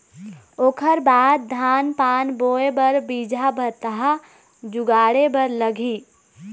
ओखर बाद धान पान बोंय बर बीजहा भतहा जुगाड़े बर लगही